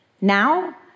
Now